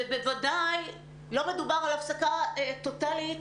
ובוודאי לא מדובר על הפסקה טוטלית,